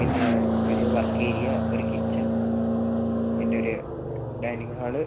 പിന്നെ ഒരു work area ഒരു കിച്ചൺ പിന്നൊരു ഡൈനിംങ് ഹാൾ